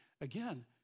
Again